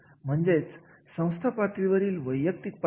एखादे कार्य करण्यासाठी आपल्याला किती पैसे मोजावे लागतात